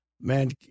man